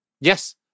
Yes